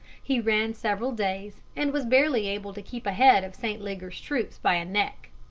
he ran several days, and was barely able to keep ahead of st. leger's troops by a neck.